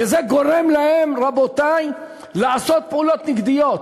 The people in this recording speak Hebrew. שזה גורם להם, רבותי, לעשות פעולות נגדיות.